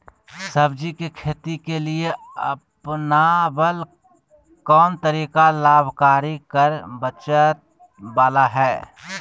सब्जी के खेती के लिए अपनाबल कोन तरीका लाभकारी कर बचत बाला है?